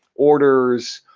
orders,